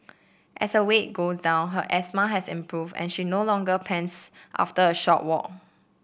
as her weight goes down her asthma has improved and she no longer pants after a short walk